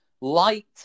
light